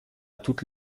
toutes